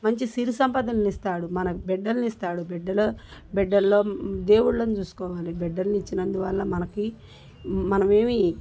మంచి సిరిసంపసదల్ని ఇస్తాడు మనకి బిడ్డల్నిస్తాడు బిడ్డల్లో దేవుళ్ళను చూసుకోవాలి బిడ్డలని ఇచ్చినందు వల్ల మనకి మనమేమీ